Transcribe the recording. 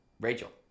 Rachel